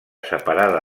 separada